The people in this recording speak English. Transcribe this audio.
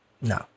No